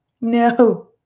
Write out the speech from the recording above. no